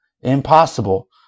impossible